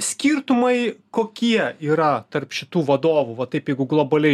skirtumai kokie yra tarp šitų vadovų vat taip jeigu globaliai